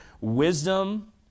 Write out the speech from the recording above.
wisdom